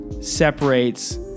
separates